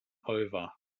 over